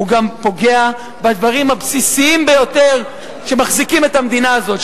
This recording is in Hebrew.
הוא גם פוגע בדברים הבסיסיים ביותר שמחזיקים את המדינה הזאת,